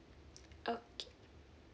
okay